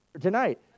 tonight